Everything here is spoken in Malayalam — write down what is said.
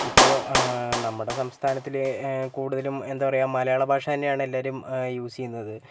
ഇപ്പോൾ നമ്മുടെ സംസ്ഥാനത്തിൽ കൂടുതലും എന്താണ് പറയുക മലയാള ഭാഷ തന്നെയാണ് എല്ലാവരും യൂസ് ചെയ്യുന്നത്